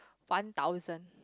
one thousand